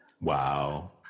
Wow